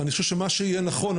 ואני חושב שמה שיהיה נכון,